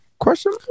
question